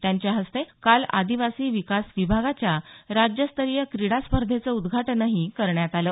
त्यांच्या हस्ते काल आदिवासी विकास विभागाच्या राज्यस्तरीय क्रीडा स्पर्धेचं उद्घाटनही करण्यात आलं